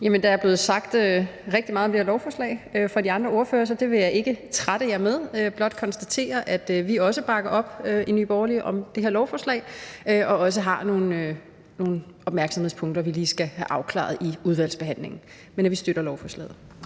(NB): Der er blevet sagt rigtig meget om det her lovforslag af de andre ordførere, så det vil jeg ikke trætte jer med. Jeg vil blot konstatere, at vi i Nye Borgerlige også bakker op om det her lovforslag, og at vi også har nogle opmærksomhedspunkter, som vi lige skal have afklaret i udvalgsbehandlingen. Men vi støtter lovforslaget.